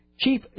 Chief